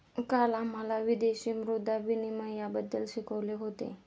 काल आम्हाला विदेशी मुद्रा विनिमयबद्दल शिकवले होते